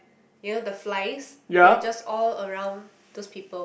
you know the flies they are just all around this people